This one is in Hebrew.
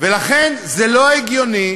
ולכן זה לא הגיוני